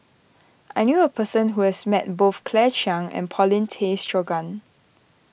I knew a person who has met both Claire Chiang and Paulin Tay Straughan